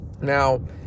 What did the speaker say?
Now